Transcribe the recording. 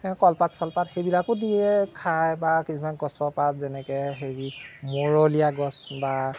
কলপাত চলপাতো দিয়ে খায় বা কিছুমান গছৰপাত যেনেকে হেৰি মৰলীয়া গছ বা